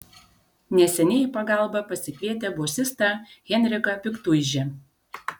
neseniai į pagalbą pasikvietę bosistą henriką piktuižį